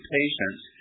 patients